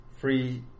free